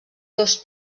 dos